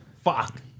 Fuck